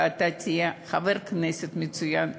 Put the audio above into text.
ואתה תהיה חבר כנסת מצוין.